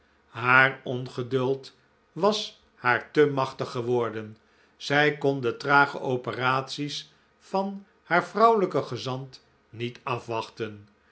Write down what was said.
haar ongeduld was haar te machtig geworden zij kon de trage operaties van haar vrouwelijke gezant niet afwachten